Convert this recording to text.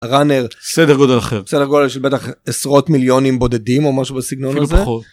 - Runnner - סדר גודל אחר סדר גודל של בטח עשרות מיליונים בודדים או משהו בסגנון הזה - אפילו פחות